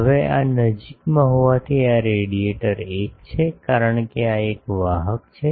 હવે આ નજીકમાં હોવાથી આ રેડિયેટર 1 છે કારણ કે આ એક વાહક છે